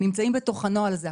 נמצאים בתוך הנוהל הזה.